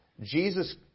Jesus